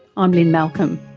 i'm lynne malcolm.